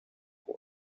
cord